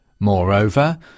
Moreover